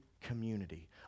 community